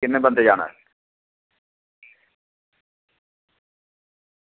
किन्ने बंदे जाना ऐ